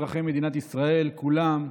אזרחי מדינת ישראל כולם,